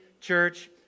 Church